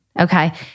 Okay